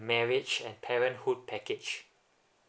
marriage and parenthood package